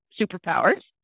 superpowers